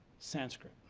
sanskrit.